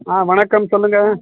ஆ வணக்கம் சொல்லுங்கள்